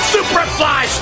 Superfly